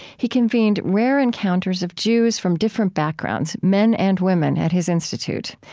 he convened rare encounters of jews from different backgrounds men and women at his institute.